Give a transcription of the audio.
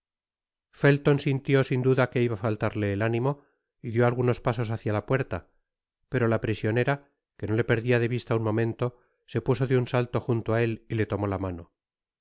felton sintió sin duda que iba á faltarle el ánimo y dió algunos pasos hácia la puerta pero la prisionera que no le perdia de vista un momento se puso de un salto junto á él y le tomó la mano